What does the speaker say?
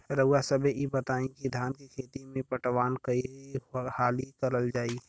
रउवा सभे इ बताईं की धान के खेती में पटवान कई हाली करल जाई?